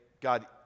God